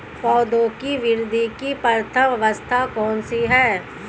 पौधों की वृद्धि की प्रथम अवस्था कौन सी है?